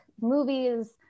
movies